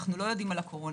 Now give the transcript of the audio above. אנחנו לא יודעים על הקורונה.